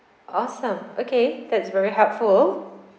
awesome okay that's very helpful